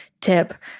tip